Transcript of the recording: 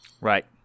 right